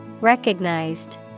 Recognized